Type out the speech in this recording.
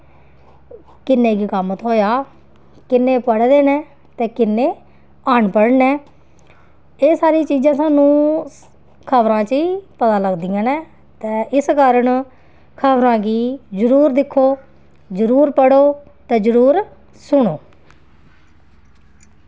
किन्ने गी कम्म थ्होएआ किन्ने पढ़े दे न ते किन्ने अनपढ़ न एह् सारियां चीज़ां सानूं खबरां च गै पता लगदियां न ते इस कारण खबरां गी जरूर दिक्खो जरूर पढ़ो ते जरूर सुनो